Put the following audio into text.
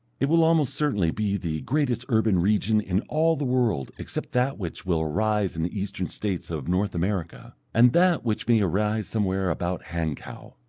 it will almost certainly be the greatest urban region in all the world except that which will arise in the eastern states of north america, and that which may arise somewhere about hankow.